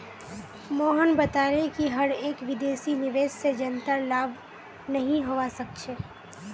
मोहन बताले कि हर एक विदेशी निवेश से जनतार लाभ नहीं होवा सक्छे